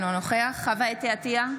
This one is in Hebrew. אינו נוכח חוה אתי עטייה,